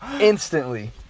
Instantly